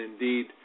indeed